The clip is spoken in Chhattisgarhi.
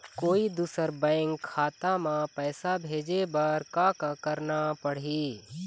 कोई दूसर बैंक खाता म पैसा भेजे बर का का करना पड़ही?